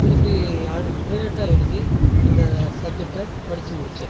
திருப்பி பிரைவேட்டா எழுதி அந்த சப்ஜெக்ட்டை படித்து முடிச்சேன்